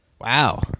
wow